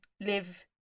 live